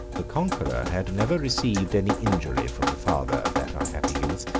the conqueror had never received any injury from the father of that unhappy youth,